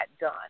done